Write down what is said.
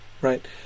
Right